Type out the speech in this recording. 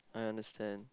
I understand